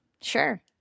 Sure